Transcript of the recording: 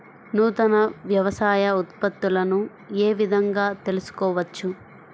నూతన వ్యవసాయ ఉత్పత్తులను ఏ విధంగా తెలుసుకోవచ్చు?